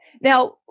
Now